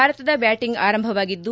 ಭಾರತದ ಬ್ವಾಟಿಂಗ್ ಆರಂಭವಾಗಿದ್ದು